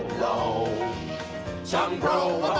low some grow